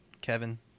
kevin